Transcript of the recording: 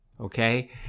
Okay